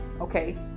okay